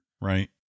right